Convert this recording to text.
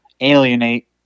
alienate